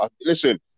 Listen